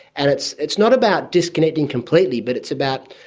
and it's it's not about disconnecting completely but it's about,